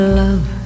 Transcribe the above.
love